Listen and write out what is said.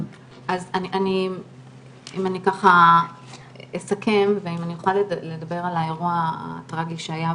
אז אם אני ככה אסכם ואם אני אוכל לדבר על האירוע הטרגי שהיה,